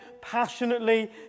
passionately